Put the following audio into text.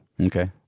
okay